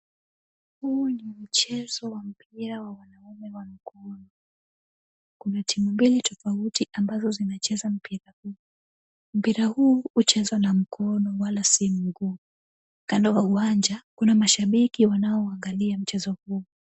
Huu ni mchezo wa mpira wa wanaume wa mkono . Kuna timu mbili tofauti ambazo zinacheza mpira huu. Mpira huu huchezwa na mkono wala si mguu. Kando wa uwanja kuna mashabiki wanaoangalia mchezo huu.